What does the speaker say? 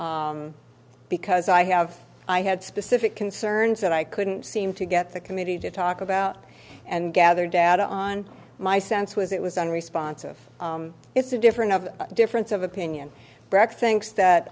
because i have i had specific concerns that i couldn't seem to get the committee to talk about and gather data on my sense was it was unresponsive it's a different of difference of opinion breck finks